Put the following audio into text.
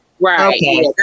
right